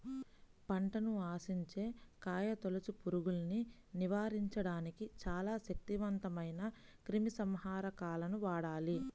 పంటను ఆశించే కాయతొలుచు పురుగుల్ని నివారించడానికి చాలా శక్తివంతమైన క్రిమిసంహారకాలను వాడాలి